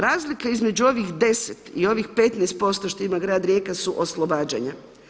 Razlika između ovih 10 i ovih 15% što ima Grad Rijeka su oslobađanja.